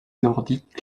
nordique